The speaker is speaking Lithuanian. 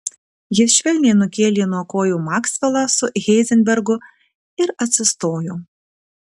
jis švelniai nukėlė nuo kojų maksvelą su heizenbergu ir atsistojo